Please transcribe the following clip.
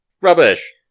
Rubbish